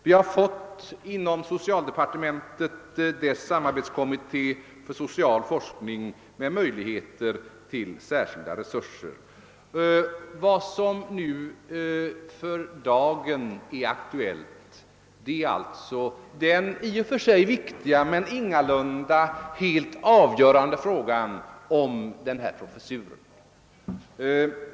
Vi har fått socialdepartementets samarbetskommitté för social forskning med särskilda resurser. Vad som för dagen är aktuellt är alltså den i och för sig viktiga men ingalunda helt avgörande frågan om professuren.